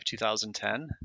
2010